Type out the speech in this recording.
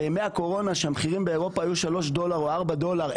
בימי הקורונה כשהמחירים באירופה היו 3 דולר או 4 דולר,